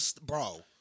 bro